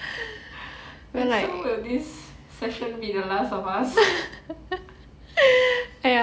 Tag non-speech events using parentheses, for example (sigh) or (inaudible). (breath) and so will this session be the last of us (laughs)